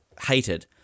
hated